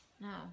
No